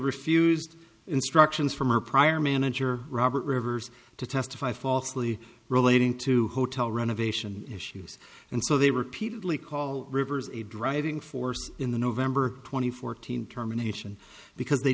refused instructions from her prior manager robert rivers to testify falsely relating to hotel renovation issues and so they repeatedly call rivers a driving force in the november twenty four thousand terminations because they